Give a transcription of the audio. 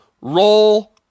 roll